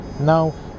Now